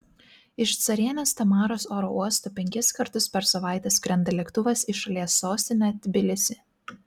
iš carienės tamaros oro uosto penkis kartus per savaitę skrenda lėktuvas į šalies sostinę tbilisį